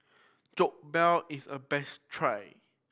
jokbal is a best try